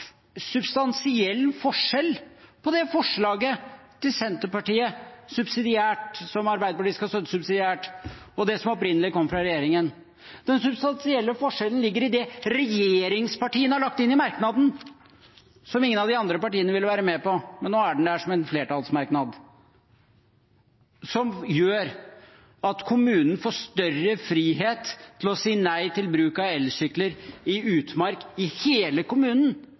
substansiell forskjell på Senterpartiets forslag, som Arbeiderpartiet skal støtte subsidiært, og det som opprinnelig kom fra regjeringen. Den substansielle forskjellen ligger i det regjeringspartiene har lagt inn i merknaden, som ingen av de andre partiene ville være med på. Men nå er den der som en flertallsmerknad, som gjør at kommunen får større frihet til å si nei til bruk av elsykler i utmark i hele kommunen,